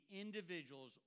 individuals